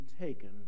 taken